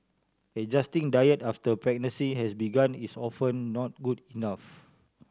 adjusting diet after a pregnancy has begun is often not good enough